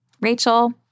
Rachel